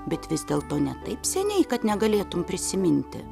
bet vis dėlto ne taip seniai kad negalėtum prisiminti